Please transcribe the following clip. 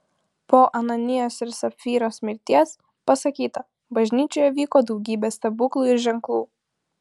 po ananijos ir sapfyros mirties pasakyta bažnyčioje vyko daugybė stebuklų ir ženklų